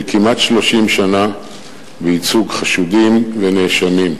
כמעט 30 שנה בייצוג חשודים ונאשמים.